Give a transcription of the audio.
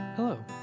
Hello